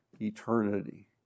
eternity